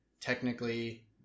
Technically